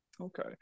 Okay